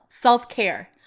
self-care